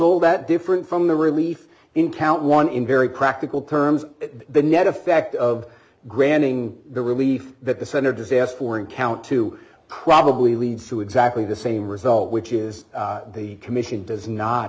all that different from the relief in count one in very practical terms the net effect of granting the relief that the center disaster for and count to probably leads to exactly the same result which is the commission does not